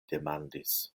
demandis